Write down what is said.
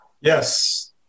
Yes